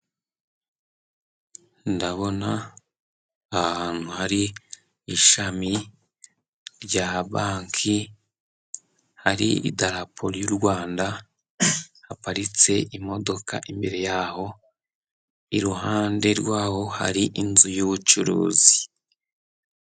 Ndabona ahantu hari ishami rya banki hari idarapo ry'u Rwanda, haparitse imodoka imbere yaho, iruhande rwaho hari inzu y'ubucuruzi.